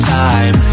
time